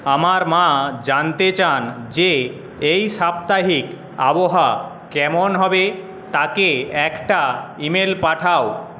আমার মা জানতে চান যে এই সাপ্তাহিক আবহাওয়া কেমন হবে তাঁকে একটা ইমেল পাঠাও